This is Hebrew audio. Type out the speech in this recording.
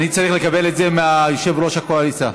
אני צריך לקבל את זה מיושב-ראש הקואליציה.